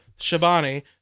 Shabani